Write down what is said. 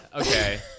Okay